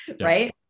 right